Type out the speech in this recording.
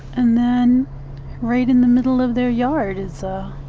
and then right in the middle of their yard is a